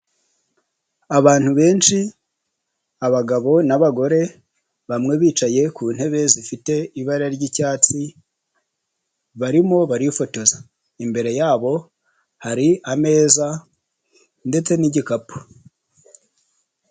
Abantu benshi abagabo n'abagore bamwe bicaye ku ntebe zifite ibara ry'icyatsi barimo barifotoza, imbere yabo hari ameza ndetse n'igikapu.